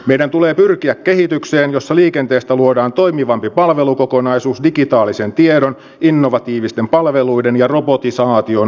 meidän tulee pyrkiä kehitykseen jossa liikenteestä luodaan toimivampi palvelukokonaisuus digitaalisen tiedon innovatiivisten palveluiden ja robotisaation avulla